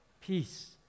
peace